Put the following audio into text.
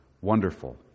wonderful